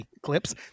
clips